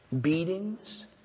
beatings